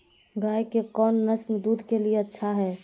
गाय के कौन नसल दूध के लिए अच्छा है?